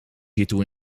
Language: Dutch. hiertoe